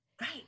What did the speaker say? Right